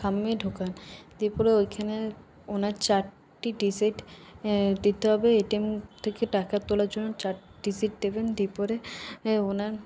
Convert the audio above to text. খামে ঢোকান দিয়ে পুরো ওইখানে ওনার চারটি ডিজিট দিতে হবে এটিএম থেকে টাকা তোলার জন্য চারটি ডিজিট দেবেন দিয়ে পরে ওনার